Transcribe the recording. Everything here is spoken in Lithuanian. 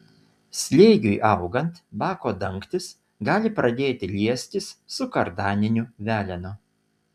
slėgiui augant bako dangtis gali pradėti liestis su kardaniniu velenu